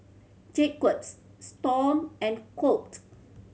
Jacques Storm and Colt